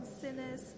sinners